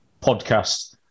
podcast